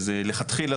וזה לכתחילה,